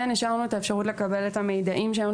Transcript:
כן השארנו את האפשרות לקבל את המידעים שהיו